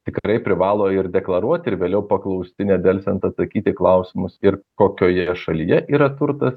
tikrai privalo ir deklaruoti ir vėliau paklausti nedelsiant atsakyti į klausimus ir kokioje šalyje yra turtas